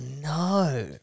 no